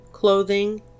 clothing